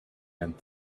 and